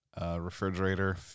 refrigerator